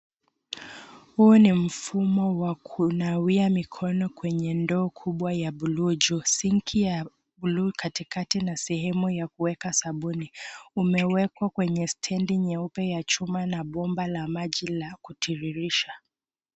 Huu ni mfumo wa kunawia mikono kwenye ndoo kubwa ya bluu ,juu sinki ya bluu katikati na sehemu ya kuweka sabuni, umewekwa kwenye stendi nyeupe ya chuma na bomba la maji la kutiririsha.